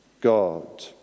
God